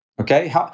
Okay